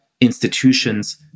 institutions